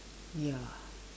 ya